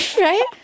Right